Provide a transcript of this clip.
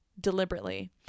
deliberately